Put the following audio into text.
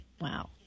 wow